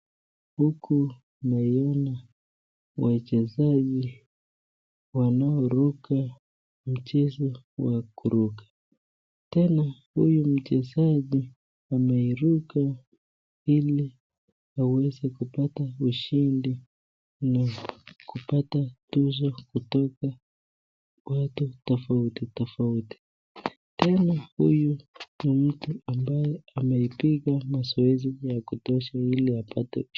Huku naiona wachezaji wanaoruka mchezo wa kuruka. Tena huyu mchezaji ameiruka ili aweze kupata ushindi na kupata tuzo kutoka watu tofauti tofauti. Tena huyu ni mtu ambaye ameipiga mazoezi ya kutosha ili apate.